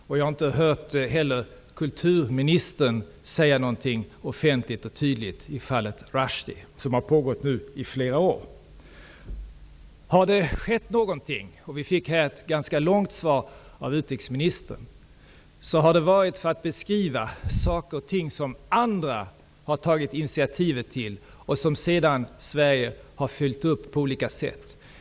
Och jag har inte hört kulturministern säga någonting offentligt och tydligt i fallet Rushdie, som nu har varit aktuellt i flera år. Jag fick ett ganska långt svar av utrikesministern. Men om det har skett någonting, är det andra som har tagit initiativ, som sedan Sverige har följt upp på olika sätt.